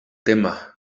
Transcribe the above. tema